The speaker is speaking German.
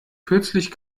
kürzlich